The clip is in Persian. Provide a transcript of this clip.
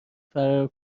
فرار